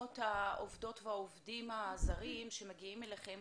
העובדות והעובדים הזרים שמגיעים אליכם,